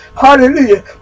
Hallelujah